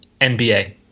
NBA